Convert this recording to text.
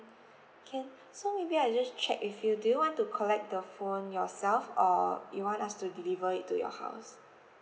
can so maybe I just check with you do you want to collect the phone yourself or you want us to deliver it to your house